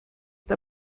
der